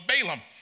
Balaam